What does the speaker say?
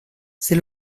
c’est